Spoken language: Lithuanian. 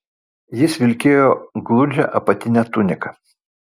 jis vilkėjo gludžią apatinę tuniką